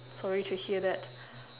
sorry to hear that